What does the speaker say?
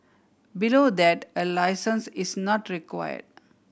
below that a licence is not required